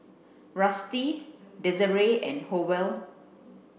Rusty Desirae and Howell